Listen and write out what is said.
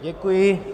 Děkuji.